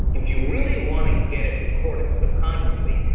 if you really want to get it recorded subconsciously,